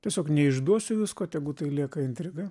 tiesiog neišduosiu visko tegu tai lieka intriga